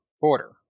border